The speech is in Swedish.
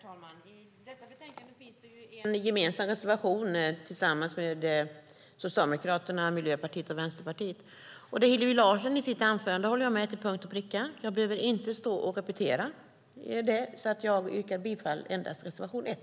Herr talman! I detta betänkande finns det en gemensam reservation från Socialdemokraterna, Miljöpartiet och Vänsterpartiet. Det Hillevi Larsson sade i sitt anförande håller jag med om till punkt och pricka, så jag behöver inte repetera det. Jag yrkar bifall endast till reservation 1.